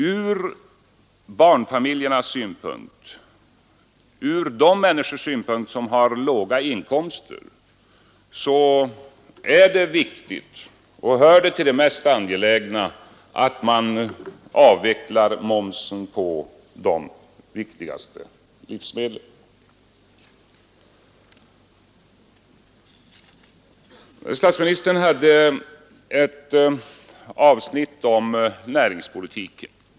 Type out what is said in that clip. Ur barnfamiljernas synpunkt och ur de människors synpunkter som har låga inkomster är det väsentligt och bland det mest angelägna att momsen på de viktigaste livsmedlen avvecklas. Statsministern hade i sitt anförande ett avsnitt om näringspolitiken.